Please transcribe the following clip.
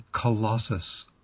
colossus